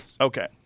Okay